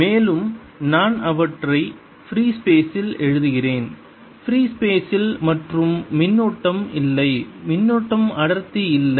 மேலும் நான் அவற்றை ஃப்ரீ ஸ்பெசில் எழுதுகிறேன் ஃப்ரீ ஸ்பெசில் மற்றும் மின்னூட்டம் இல்லை மின்னூட்டம் அடர்த்தி இல்லை